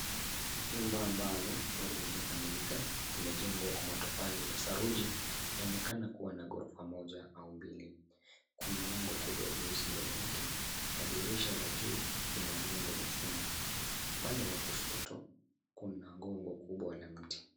Nyumba ambayo bado haijakamilika, imejengwa kwa matofali ya saruji, yaonekana kuwa na ghorofa moja au mbili. Kuna lango kubwa jeusi mbele yake, na dirisha la juu lina nondo la chuma. Upande wa kushoto kuna gogo kubwa la mti.